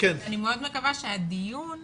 אני מאוד מקווה שהדיון